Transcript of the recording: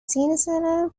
seasonal